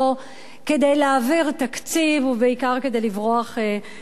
כדי להעביר תקציב, ובעיקר כדי לברוח מבחירות.